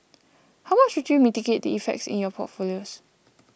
how would you mitigate the effects in your portfolios